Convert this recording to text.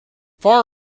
far